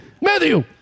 Matthew